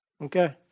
Okay